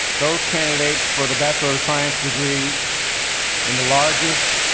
those candidates for the bachelor of science degree in the largest,